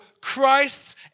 Christ's